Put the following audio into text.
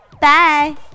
bye